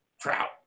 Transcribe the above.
trout